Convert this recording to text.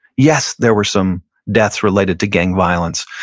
yes, there were some deaths related to gang violence,